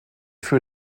für